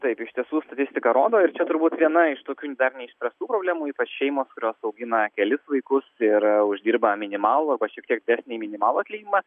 taip iš tiesų statistika rodo ir čia turbūt viena iš tokių dar neišspręstų problemų ypač šeimos kurios augina kelis vaikus ir uždirba minimalų arba šiek tiek didesnį minimalų atlyginimą